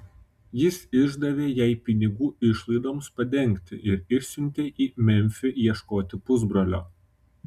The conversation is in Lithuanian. jis išdavė jai pinigų išlaidoms padengti ir išsiuntė į memfį ieškoti pusbrolio